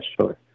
sure